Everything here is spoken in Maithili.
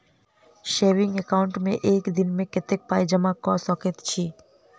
सेविंग एकाउन्ट मे एक दिनमे कतेक पाई जमा कऽ सकैत छी?